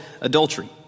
adultery